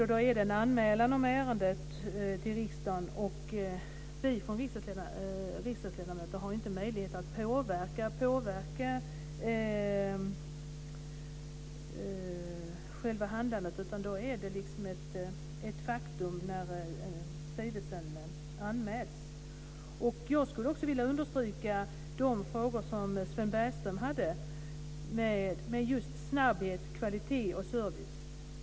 Det gäller då en anmälan om ärendet till riksdagen, och vi har som riksdagsledamöter inte möjlighet att påverka själva handlandet. När skrivelsen anmäls är den ett faktum. Jag vill understryka de frågor som Sven Bergström nämnde, som handlar om snabbhet, kvalitet och service.